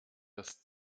das